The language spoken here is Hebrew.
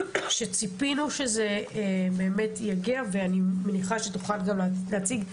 ציפינו שזה יגיע ואני מניחה שתוכל גם להציג,